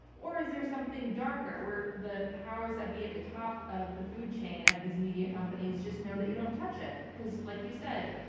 or is there something darker where the powers that be at the top of the food chain of these media companies just know that you don't touch it? because, like you said,